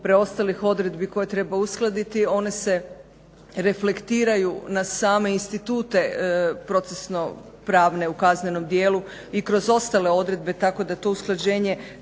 preostalih odredbi koje treba uskladiti. One se reflektiraju na same institute procesno-pravne u kaznenom dijelu i kroz ostale odredbe, tako da to usklađenje